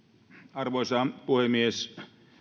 arvoisa puhemies